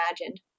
imagined